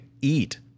eat